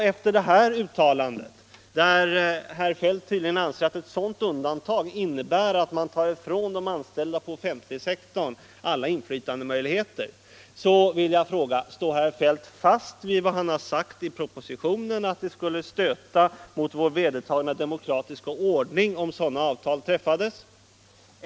Herr Feldt anser tydligen att ett sådant undantag medför att man tar ifrån de anställda på den offentliga sektorn alla inflytandemöjligheter. Jag vill därför fråga om herr Feldt står fast vid vad han har sagt i propositionen, nämligen att det skulle stöta mot vedertagen demokratisk ordning om sådana avtal träffas.